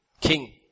king